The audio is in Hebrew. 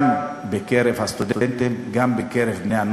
גם בקרב הסטודנטים וגם בקרב בני-הנוער.